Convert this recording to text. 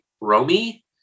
Romy